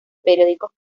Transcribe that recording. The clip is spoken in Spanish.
periódicos